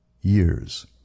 Years